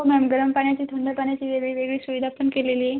हो मॅम गरम पाण्याची थंड पाण्याची वेगळी वेगळी सुविधा पण केलेली आहे